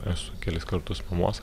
esu kelis kartus mamos